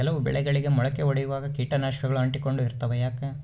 ಕೆಲವು ಬೆಳೆಗಳಿಗೆ ಮೊಳಕೆ ಒಡಿಯುವಾಗ ಕೇಟನಾಶಕಗಳು ಅಂಟಿಕೊಂಡು ಇರ್ತವ ಯಾಕೆ?